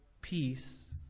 peace